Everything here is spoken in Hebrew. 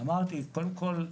אמרתי, קודם כול,